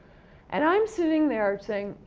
and, i'm sitting there saying,